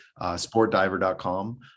sportdiver.com